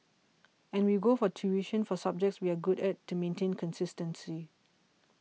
and we go for tuition for subjects we are good at to maintain consistency